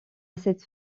cette